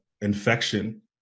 infection